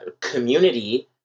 community